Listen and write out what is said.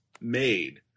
made